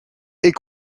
est